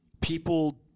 people